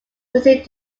continued